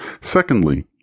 Secondly